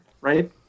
right